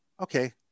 Okay